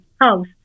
house